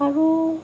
আৰু